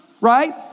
Right